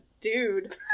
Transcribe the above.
dude